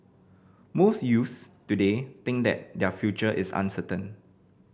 most youths today think that their future is uncertain